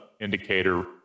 indicator